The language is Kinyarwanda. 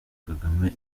kagame